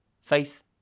Faith